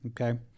Okay